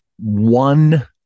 One